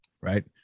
right